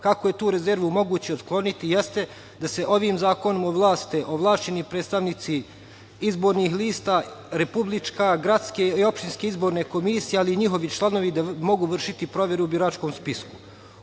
kako je tu rezervu moguće otkloniti jeste da se ovim zakonom ovlaste ovlašćeni predstavnici izbornih lista republičke, gradske i opštinske izborne komisije, ali i njihovi članovi da mogu vršiti proveru biračkog spiska. Ovaj